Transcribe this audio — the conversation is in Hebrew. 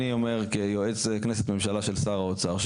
אני אומר כיועץ כנסת ממשלה של שר האוצר,